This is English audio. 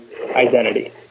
identity